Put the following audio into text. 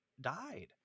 died